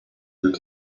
lit